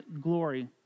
glory